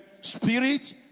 spirit